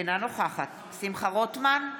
אינה נוכחת שמחה רוטמן,